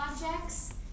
projects